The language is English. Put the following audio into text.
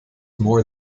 more